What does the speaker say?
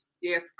Yes